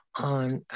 on